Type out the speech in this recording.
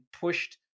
pushed